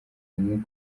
mwuka